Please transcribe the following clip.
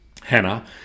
Hannah